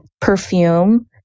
perfume